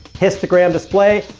histogram display.